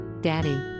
Daddy